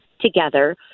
together